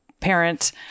parent